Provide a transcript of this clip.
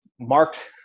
Marked